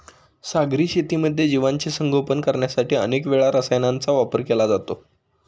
सागरी शेतीमध्ये जीवांचे संगोपन करण्यासाठी अनेक वेळा रसायनांचा वापर केला जातो